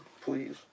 please